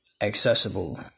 accessible